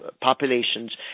populations